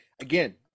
again